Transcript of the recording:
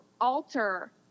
alter